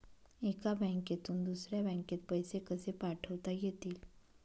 एका बँकेतून दुसऱ्या बँकेत पैसे कसे पाठवता येतील?